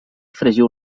fregiu